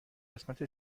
قسمت